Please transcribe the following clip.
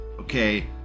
Okay